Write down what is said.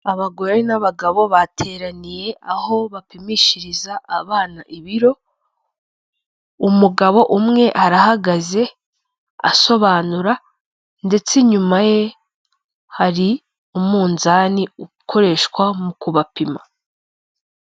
Abagore n'abagabo bateraniye aho bapimishiriza abana ibiro, umugabo umwe arahagaze asobanura ndetse inyuma ye hari umunzani ukoreshwa mu kubapima.